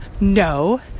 No